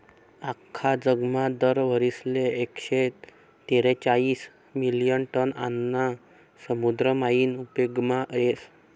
आख्खा जगमा दर वरीसले एकशे तेरेचायीस मिलियन टन आन्न समुद्र मायीन उपेगमा येस